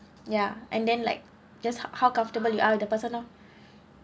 ya and then like just how how comfortable you are with the person lor